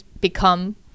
become